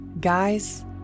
Guys